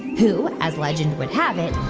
who, as legend would have it,